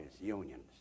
unions